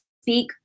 speak